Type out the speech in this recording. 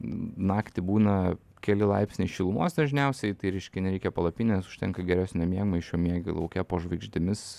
naktį būna keli laipsniai šilumos dažniausiai tai reiškia nereikia palapinės užtenka geresnio miegmaišio miegi lauke po žvaigždėmis